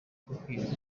kubwiriza